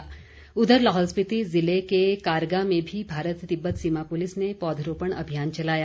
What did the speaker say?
ITBP उधर लाहौल स्पीति ज़िले के कारगा में भी भारत तिब्बत सीमा पुलिस ने पौधरोपण अभियान चलाया